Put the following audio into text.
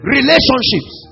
Relationships